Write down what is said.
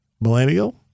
millennial